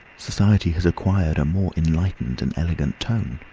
society has acquired a more enlightened and elegant tone